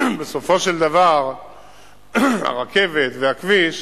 בסופו של דבר הרכבת והכביש